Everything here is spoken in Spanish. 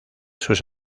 sus